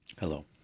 Hello